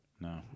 No